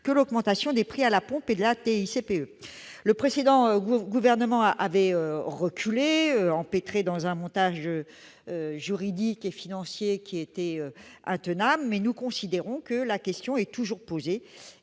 que l'augmentation des prix à la pompe et de la TICPE. Le précédent gouvernement, empêtré dans un montage juridique et financier intenable, avait reculé, mais nous considérons que la question est toujours posée